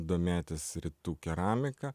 domėtis rytų keramika